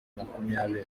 makumyabiri